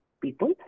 people